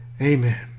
Amen